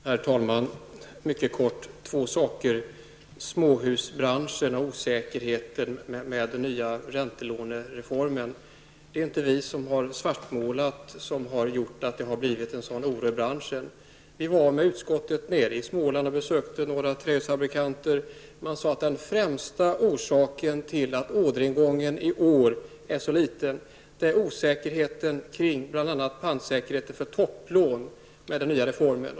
Herr talman! Två saker, mycket kort. Först småhusbranschen och osäkerheten i fråga om de nya räntelånen. Det är inte någon svartmålning från vår sida som har gjort att det har blivit en sådan oro i branschen. När utskottet var i Småland och besökte några trähusfabrikanter, sade de att den främsta orsaken till att orderingången i år är så liten är osäkerheten kring bl.a. pantsäkerheten för topplån med den nya reformen.